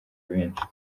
benshi